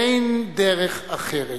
אין דרך אחרת.